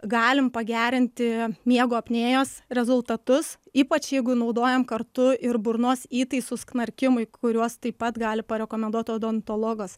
galim pagerinti miego apnėjos rezultatus ypač jeigu naudojam kartu ir burnos įtaisus knarkimui kuriuos taip pat gali parekomenduoti odontologas